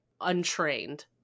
untrained